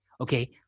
Okay